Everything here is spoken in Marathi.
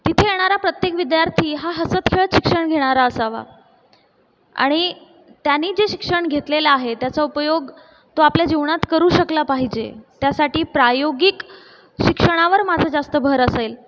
तिथे येणारा प्रत्येक विद्यार्थी हा हसत खेळत शिक्षण घेणारा असावा आणि त्यानी जे शिक्षण घेतलेलं आहे त्याचा उपयोग तो आपल्या जीवनात करू शकला पाहिजे त्यासाठी प्रायोगिक शिक्षणावर माझा जास्त भर असेल